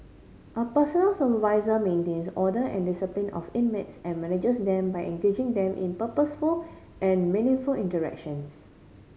a personal supervisor maintains order and discipline of inmates and manages them by engaging them in purposeful and meaningful interactions